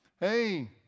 Hey